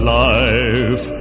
life